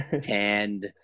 tanned